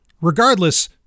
Regardless